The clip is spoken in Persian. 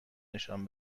نشان